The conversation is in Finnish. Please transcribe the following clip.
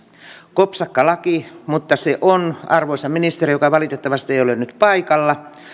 kopsakka laki mutta se on arvoisa ministeri joka valitettavasti ei ole nyt paikalla